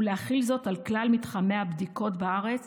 ולהחיל זאת על כלל מתחמי הבדיקות בארץ